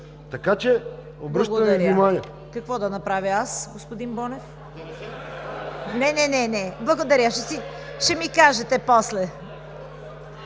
Така че, обръщам Ви внимание.